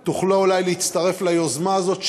אתם תוכלו אולי להצטרף ליוזמה הזאת,